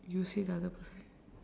you say the other person